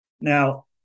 Now